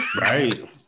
right